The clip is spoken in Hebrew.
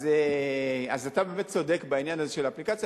אז אתה באמת צודק בעניין הזה של אפליקציה,